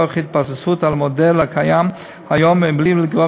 תוך התבססות על המודל הקיים היום ומבלי לגרוע